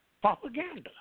propaganda